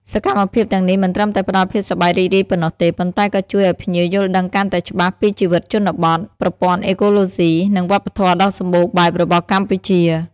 សកម្មភាពទាំងនេះមិនត្រឹមតែផ្តល់ភាពសប្បាយរីករាយប៉ុណ្ណោះទេ ប៉ុន្តែក៏ជួយឲ្យភ្ញៀវយល់ដឹងកាន់តែច្បាស់ពីជីវិតជនបទ ប្រព័ន្ធអេកូឡូស៊ី និងវប្បធម៌ដ៏សម្បូរបែបរបស់កម្ពុជា។